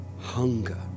Hunger